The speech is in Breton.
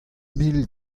mil